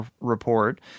report